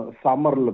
summer